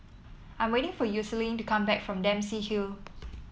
I am waiting for Yoselin to come back from Dempsey Hill